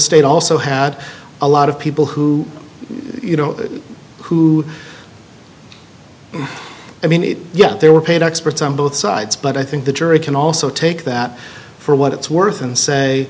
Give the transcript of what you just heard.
state also had a lot of people who you know who i mean it yet there were paid experts on both sides but i think the jury can also take that for what it's worth and say